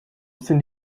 sind